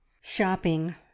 shopping